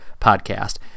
podcast